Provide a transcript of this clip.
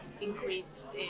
increase